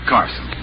Carson